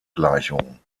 gleichung